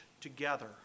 together